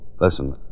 Listen